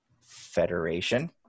federation